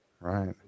Right